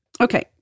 okay